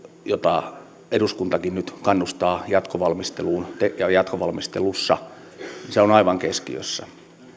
jota eduskuntakin nyt kannustaa jatkovalmisteluun ja jatkovalmistelussa on aivan keskiössä